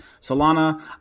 Solana